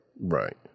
right